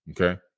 Okay